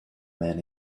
men